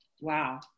Wow